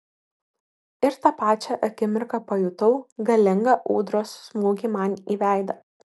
ir tą pačią akimirką pajutau galingą ūdros smūgį man į veidą